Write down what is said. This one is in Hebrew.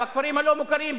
בכפרים הלא-מוכרים,